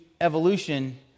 evolution